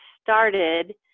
started